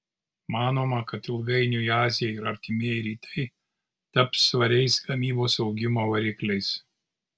manoma kad ilgainiui azija ir artimieji rytai taps svariais gamybos augimo varikliais